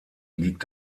liegt